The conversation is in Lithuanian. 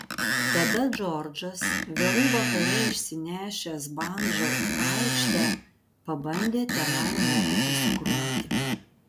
tada džordžas vėlai vakare išsinešęs bandžą į aikštę pabandė tenai mokytis groti